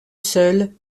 seul